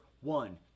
One